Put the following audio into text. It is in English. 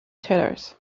tatters